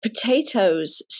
potatoes